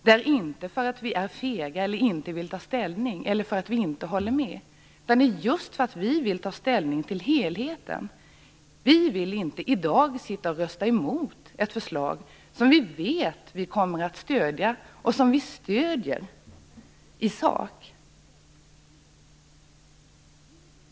Det gör vi inte för att vi är fega, inte vill ta ställning eller inte håller med, utan just för att vi vill ta ställning till helheten. Vi vill inte i dag rösta emot ett förslag som vi vet att vi kommer att stödja och som vi stöder i sak.